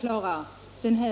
Jag vill